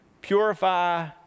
Purify